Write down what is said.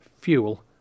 Fuel